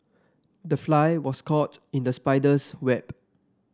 the fly was caught in the spider's web